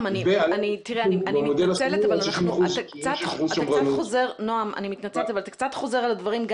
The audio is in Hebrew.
אני מתנצלת אבל אתה קצת חוזר על דברים,